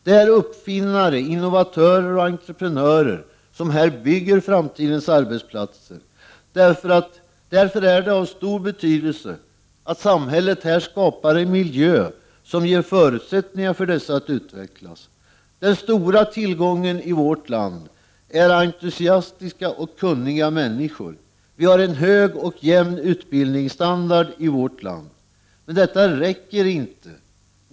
Det är uppfinnare, innovatörer och entreprenörer som bygger framtidens arbetsplatser. Därför är det av stor betydelse att samhället skapar en miljö som ger förutsättningar för dessa att utvecklas. Den stora tillgången i vårt land är entusiastiska och kunniga människor. Utbildningsstandarden i vårt land är hög och jämn. Men detta räcker inte.